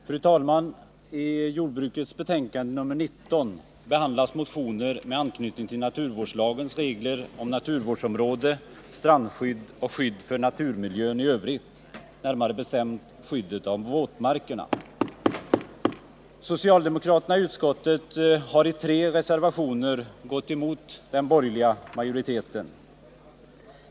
Fru talman! I jordbruksutskottets betänkande nr 19 behandlas motioner med anknytning till naturvårdslagens regler om naturvårdsområde, strandskydd och skydd för naturmiljön i övrigt, närmare bestämt skyddet av våtmarkerna. Socialdemokraterna i utskottet har i tre reservationer gått emot den borgerliga majoriteten.